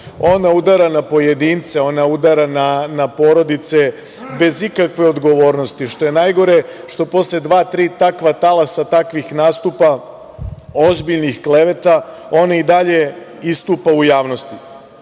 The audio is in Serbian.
Ona udara na pojedince. Ona udara na porodice, bez ikakve odgovornosti. Što je najgore, posle dva tri takva talasa takvih nastupa, ozbiljnih kleveta, ona i dalje istupa u javnosti. Svaki